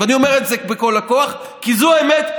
ואני אומר את זה בכל הכוח כי זו האמת.